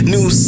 New